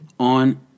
On